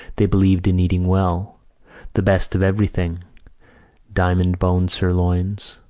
they believed in eating well the best of everything diamond-bone sirloins,